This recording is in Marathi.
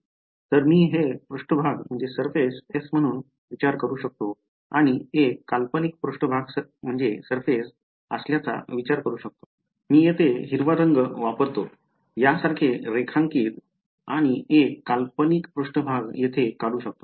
तर मी हे पृष्ठभाग S म्हणून विचार करू शकतो आणि एक काल्पनिक पृष्ठभाग असल्याचा विचार करू शकते मी येथे हिरवा रंग वापरतो यासारखे रेखांकित आणि एक काल्पनिक पृष्ठभाग येथे काढू शकतो